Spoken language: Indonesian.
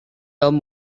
tom